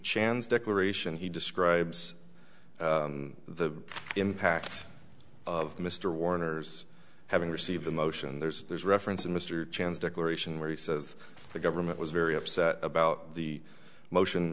chance declaration he describes the impact of mr warner's having received the motion there's there's reference to mr chen's declaration where he says the government was very upset about the motion